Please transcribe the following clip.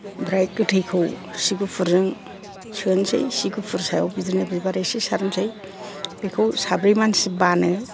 ओमफ्राय गोथैखौ सि गुफुरजों सोनोसै बिदिनो सि गुफुर सायाव बिबार एसे सारनोसै बेखौ साब्रै मानसि बानो